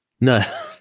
No